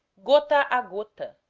gota a gota,